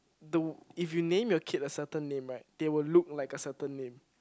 do if you name your kid like certain name right they will look like a certain name